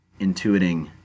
intuiting